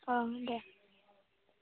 औ दे